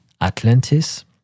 Atlantis